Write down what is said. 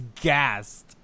gassed